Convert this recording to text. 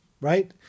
right